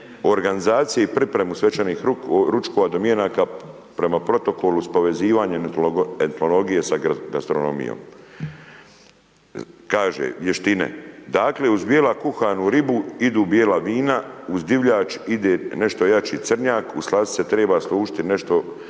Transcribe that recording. organizaciji i pripremu svečanih ručkova, domjenaka prema protokolu s povezivanjem etnologije sa gastronomijom. Kaže, vještine, dakle uz bijela kuhanu ribu idu bijela vina, uz divljač ide nešto jači crnjak, uz slastice treba služiti nešto